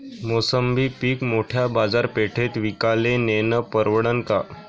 मोसंबी पीक मोठ्या बाजारपेठेत विकाले नेनं परवडन का?